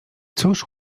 cóż